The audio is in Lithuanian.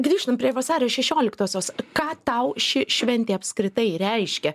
grįžtam prie vasario šešioliktosios ką tau ši šventė apskritai reiškia